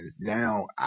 now